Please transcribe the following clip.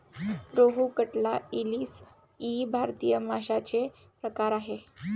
रोहू, कटला, इलीस इ भारतीय माशांचे प्रकार आहेत